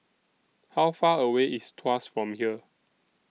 How Far away IS Tuas from here